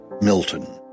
Milton